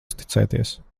uzticēties